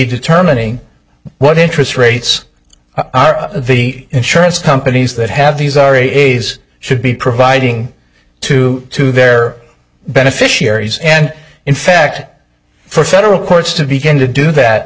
determining what interest rates the insurance companies that have these are aides should be providing to to their beneficiaries and in fact for federal courts to begin to do that